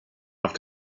auf